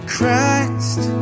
Christ